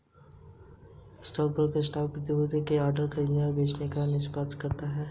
stockbroker stock प्रतिभूतियों के लिए ऑर्डर खरीदने और बेचने का निष्पादन करता है